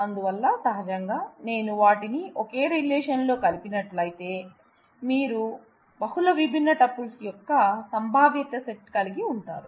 అందువల్ల సహజంగా నేను వాటిని ఒకే రిలేషన్ లో కలిపినట్లయితే మీరు బహుళ విభిన్న టూపుల్స్ యొక్క సంభావ్యత సెట్ కలిగి ఉంటారు